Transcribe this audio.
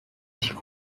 提供